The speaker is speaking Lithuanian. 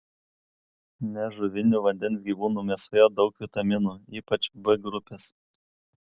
nežuvinių vandens gyvūnų mėsoje daug vitaminų ypač b grupės